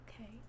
okay